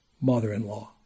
mother-in-law